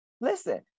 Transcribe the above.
Listen